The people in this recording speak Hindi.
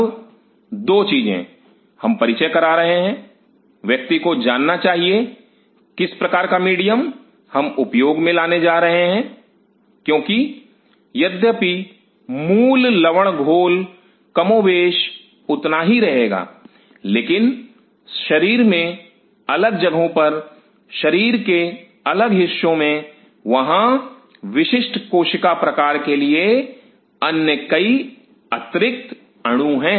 अब दो चीजें हम परिचय करा रहे हैं व्यक्ति को जानना चाहिए किस प्रकार का मीडियम हम उपयोग में लाने जा रहे हैं क्योंकि यद्यपि मूल लवण घोल कमोबेश उतना ही रहेगा लेकिन शरीर में अलग जगहों पर शरीर के अलग हिस्सों में वहां विशिष्ट कोशिका प्रकार के लिए अन्य कई अतिरिक्त अणु हैं